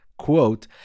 Quote